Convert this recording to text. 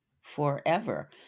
forever